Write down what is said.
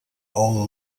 all